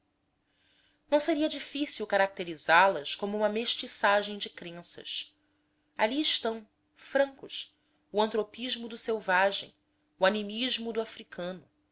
não seria difícil caracterizá las como uma mestiçagem de crenças ali estão francos o antropismo do selvagem o animismo do africano